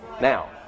Now